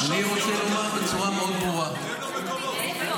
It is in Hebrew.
525 מיליון --- מאיפה?